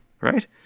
Right